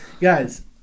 Guys